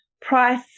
price